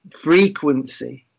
frequency